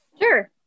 Sure